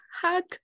hug